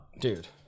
dude